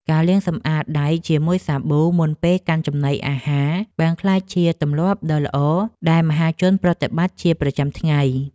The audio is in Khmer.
ការលាងសម្អាតដៃជាមួយសាប៊ូមុនពេលកាន់ចំណីអាហារបានក្លាយជាទម្លាប់ដ៏ល្អដែលមហាជនប្រតិបត្តិជាប្រចាំថ្ងៃ។